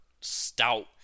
stout